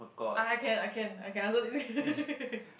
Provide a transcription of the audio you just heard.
I can I can I can answer this